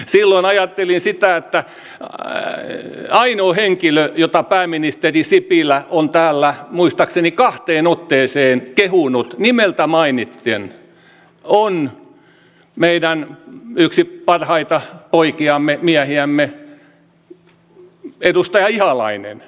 silloin ajattelin sitä että ainoa henkilö jota pääministeri sipilä on täällä muistaakseni kahteen otteeseen kehunut nimeltä mainiten on meidän yksi parhaita miehiämme edustaja ihalainen